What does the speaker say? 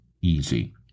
easy